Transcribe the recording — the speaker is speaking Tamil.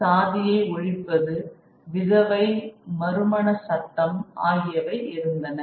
சாதியை ஒழிப்பது விதவை மறுமண சட்டம் ஆகியவை இருந்தன